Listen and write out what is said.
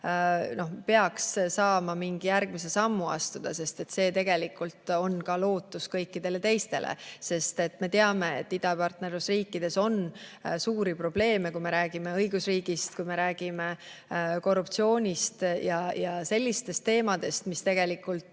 peaks saama mingi järgmise sammu astuda, sest see tegelikult on ka lootus kõikidele teistele.Me teame, et idapartnerluse riikides on suuri probleeme, kui me räägime õigusriigist, kui me räägime korruptsioonist ja sellistest teemadest, mis tegelikult